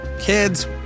Kids